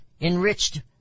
enriched